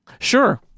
Sure